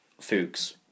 Fuchs